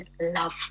love